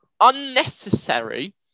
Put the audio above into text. unnecessary